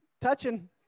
touching